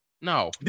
No